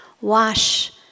Wash